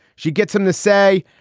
she gets him to say,